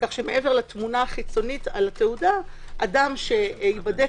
כך שמעבר לתמונה החיצונית על התעודה אדם שייבדק